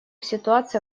ситуация